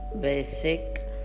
Basic